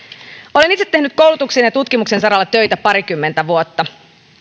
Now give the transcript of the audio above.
olen itse tehnyt koulutuksen ja tutkimuksen saralla töitä parikymmentä vuotta